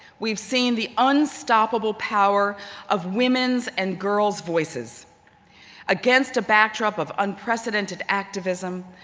we've seen the unstoppable power of women's and girl's voices against a backdrop of unprecedented activism.